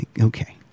Okay